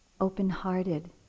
open-hearted